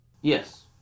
Yes